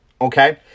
okay